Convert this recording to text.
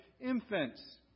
infants